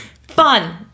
Fun